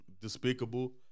despicable